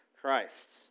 Christ